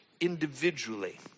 individually